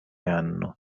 anno